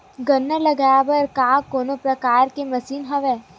गन्ना लगाये बर का कोनो प्रकार के मशीन हवय?